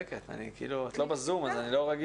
כי זה לא היה ברור